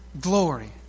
glory